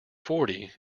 forty